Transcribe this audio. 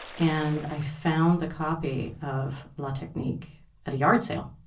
and i found a copy of la technique at a yard sale,